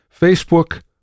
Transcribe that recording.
Facebook